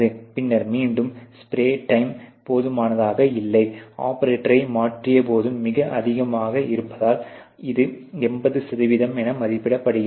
பின்னர் மீண்டும் spray time போதுமானதாக இல்லை ஆபரேட்டரை மாற்றியமைப்பதும் மிக அதிகமாக இருப்பதால் இது 80 என மதிப்பிடப்படுகிறது